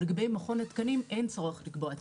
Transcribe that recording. אבל לגבי מכון התקנים אין צורך לקבוע תנאים.